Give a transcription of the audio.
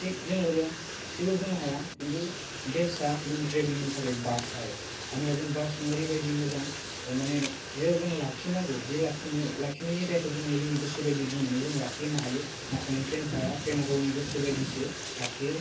थिख जोंबोरो जेबो बुंनो हाया खिन्थु बेस्टआ जोंनि ट्रेभिलिंनि थाखाय बास आरो मानो होनबा जों बासजों ओरैबादि मोजां मानि जेराव जों लाखिनांगौ बे लाखिनायाव लाखिनाय एरियाखौ जों जोंनि गोसो बादि बुंनानै जों लाखि होनो हायो नाथाय नों ट्रेनखौ हाया ट्रेना गावनि गोसोबादिसो लाखियो